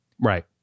Right